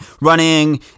running